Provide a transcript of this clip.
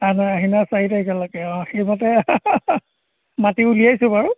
আনে আহিনৰ চাৰি তাৰিখলৈকে অঁ সেইমতে মাটি উলিয়াইছোঁ বাৰু